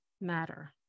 matter